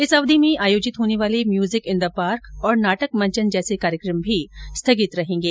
इस अवधि में आयोजित होने वाले म्यूजिक इन द पार्क और नाटक मंचन जैसे कार्यक्रम भी स्थगित रहेंगे